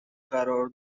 قرار